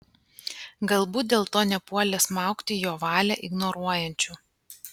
galbūt dėl to nepuolė smaugti jo valią ignoruojančių